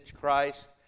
Christ